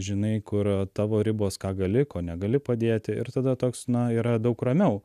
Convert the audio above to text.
žinai kur tavo ribos ką gali ko negali padėti ir tada toks na yra daug ramiau